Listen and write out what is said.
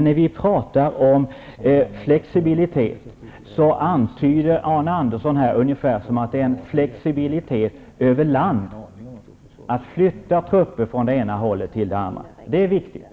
När vi talar om flexibilitet antyder Arne Andersson att det är en flexibilitet över land och att att gäller att flytta trupper från det ena stället till de andra. Det är viktigt.